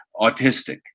autistic